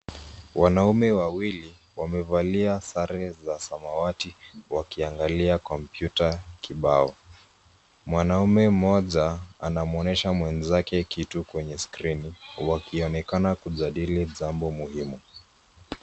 Wanaume wawili wamevalia sare za samawati wakiangalia komputa kibao. Mwanaume mmoja anamwonyesha mwenzake kitu kwenye skrini wakionekana kujadili jambo muhimu.